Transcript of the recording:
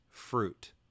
fruit